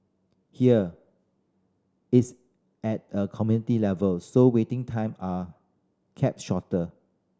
here it's at a community level so waiting time are kept shorter